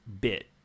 bit